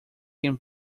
can